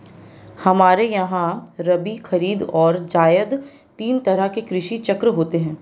हमारे यहां रबी, खरीद और जायद तीन तरह के कृषि चक्र होते हैं